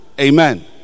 amen